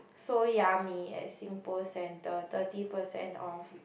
seoul Yummy at SingPost Centre thirty percent off